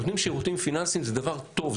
נותנים שירותים פיננסיים זה דבר טוב,